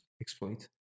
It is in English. Exploit